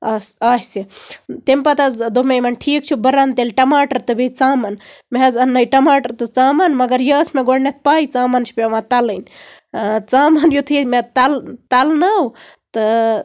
اس آسہِ تَمہِ پَتہٕ حظ دوٚپ مےٚ یِمن ٹھیٖک چھُ بہٕ رَنہٕ تیٚلہِ ٹَماٹر تہٕ بیٚیہِ ژامَن مےٚ حظ اننے ٹَماٹر تہٕ ژامَن مَگر یہِ ٲس مےٚ گۄڈٕنیٹھ پَے ژامَن چھےٚ پیوان تَلٕنۍ ژامَن یِتھُے مےٚ تل تَلنٲو تہٕ